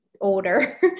older